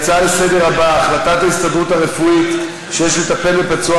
ההצעה לסדר-היום הבאה: החלטת ההסתדרות הרפואית שיש לטפל בפצוע